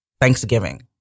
Thanksgiving